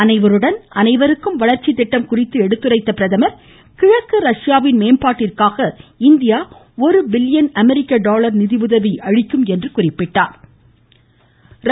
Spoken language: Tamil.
அனைவருடன் அனைவருக்கும் வளர்ச்சி திட்டம் குறித்து எடுத்துரைத்த பிரதமர் கிழக்கு ரஷ்யாவின் மேம்பாட்டிற்காக இந்தியா ஒரு பில்லியன் அமெரிக்க டாலர் நிதிஉதவி அளிக்கும் என்றாா்